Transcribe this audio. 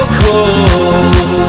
cold